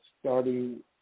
Starting